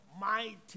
mighty